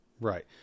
Right